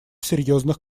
серьезных